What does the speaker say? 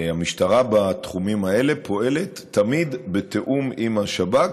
המשטרה בתחומים האלה פועלת תמיד בתיאום עם השב"כ,